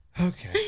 Okay